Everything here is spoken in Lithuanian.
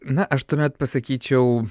na aš tuomet pasakyčiau